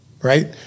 Right